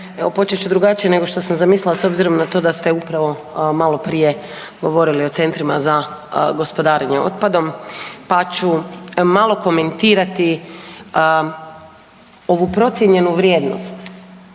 počet ću drugačije nego što sam zamislila s obzirom na to da ste upravo maloprije govorili o centrima za gospodarenje otpadom, pa ću malo komentirati ovu procijenjenu vrijednost,